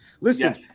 Listen